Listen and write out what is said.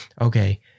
okay